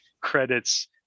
credits